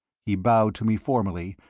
he bowed to me formally,